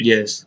Yes